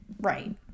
Right